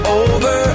over